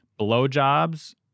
blowjobs